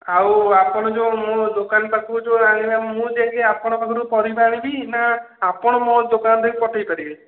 ଆଉ ଆପଣ ଯେଉଁ ମୋ ଦୋକାନ ପାଖକୁ ଯେଉଁ ଆଣିବ ମୁଁ ଯାଇକି ଆପଣଙ୍କ ପାଖରୁ ପରିବା ଆଣିବି ନା ଆପଣ ମୋ ଦୋକାନ ଠେଇ ପଠେଇପାରିବେ